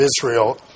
Israel